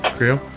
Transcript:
crew?